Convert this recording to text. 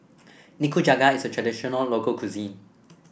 Nikujaga is a traditional local cuisine